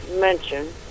mention